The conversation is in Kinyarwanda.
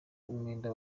umwenda